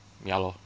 ya lor